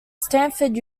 stanford